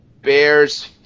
bears